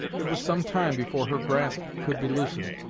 it was some time before her grasp could be loosened.